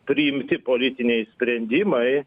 priimti politiniai sprendimai